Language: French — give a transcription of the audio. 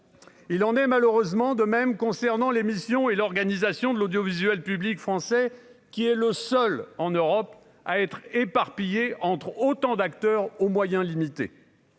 Il en est malheureusement de même concernant les missions et l'organisation de l'audiovisuel public français qui est le seul en Europe à être éparpillés entre autant d'acteurs aux moyens limités,